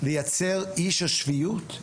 לייצר אי של שפיות,